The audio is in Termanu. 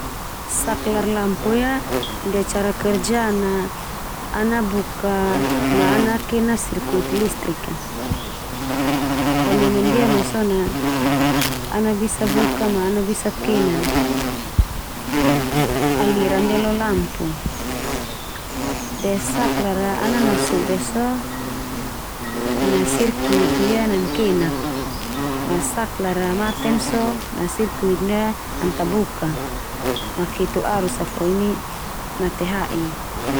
Saklar lampu ia ndia cara kerja na ana buka ma ana kena sirkuit lisrik a. Fo neme ndia mai so na ana bisa buka ma ana bisa kenan aliran ndia lo lampu. De saklar a ana nasoda so, na sirkuit ndia nankenak, ma saklar a maten so, na sirkuit ndia an tabuka ma ketu arus sa, fo ini mate ha'i a.